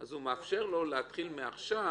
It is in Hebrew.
הוא מאפשר לו להתחיל מעכשיו,